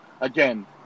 again